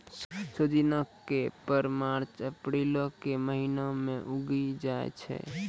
सोजिना के फर मार्च अप्रीलो के महिना मे उगि जाय छै